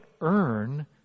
earn